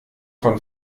von